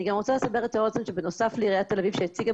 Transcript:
אני רוצה לסבר את האוזן שבנוסף לעיריית תל אביב שהציגה